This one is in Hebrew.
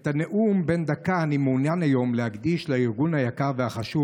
את הנאום בן הדקה אני מעוניין היום להקדיש לארגון היקר והחשוב